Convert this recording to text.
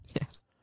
Yes